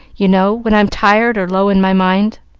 you know, when i'm tired or low in my mind.